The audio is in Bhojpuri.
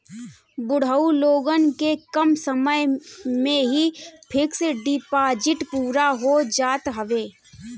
बुढ़ऊ लोगन के कम समय में ही फिक्स डिपाजिट पूरा हो जात हवे